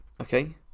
okay